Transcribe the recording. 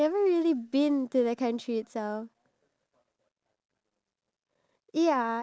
and ask them if that local will be the host for the airbnb